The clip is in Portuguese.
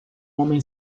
homem